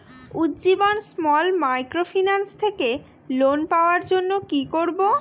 Ujjivan small microfinance থেকে loan পাওয়ার জন্য কি করব?